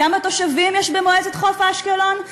כמה תושבים יש במועצת חוף-אשקלון?